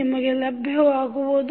ನಿಮಗೆ ಲಭ್ಯವಾಗುವುದು